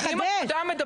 אני אשאיר לציבור לשפוט,